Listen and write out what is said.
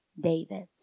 David